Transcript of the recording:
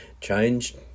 changed